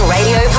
Radio